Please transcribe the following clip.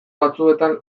batzuetan